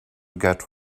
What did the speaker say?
get